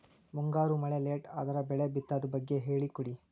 ಮುಂಗಾರು ಮಳೆ ಲೇಟ್ ಅದರ ಬೆಳೆ ಬಿತದು ಬಗ್ಗೆ ಹೇಳಿ ಕೊಡಿ?